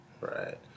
right